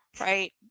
right